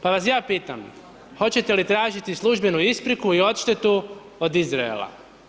Pa vas ja pitam, hoćete li tražiti službenu ispriku i odštetu od Izraela?